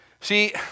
See